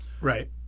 Right